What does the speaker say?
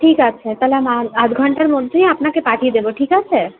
ঠিক আছে তাহলে আমি আধ আধ ঘন্টার মধ্যেই আপনাকে পাঠিয়ে দেবো ঠিক আছে